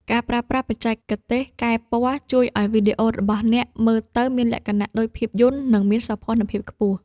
ការប្រើប្រាស់បច្ចេកទេសកែពណ៌ ជួយឱ្យវីដេអូរបស់អ្នកមើលទៅមានលក្ខណៈដូចភាពយន្ត និងមានសោភ័ណភាពខ្ពស់។